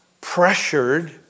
pressured